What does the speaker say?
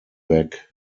back